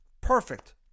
Perfect